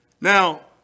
Now